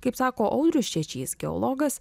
kaip sako audrius čečys geologas